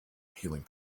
healing